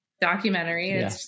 documentary